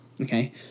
okay